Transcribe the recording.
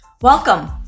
Welcome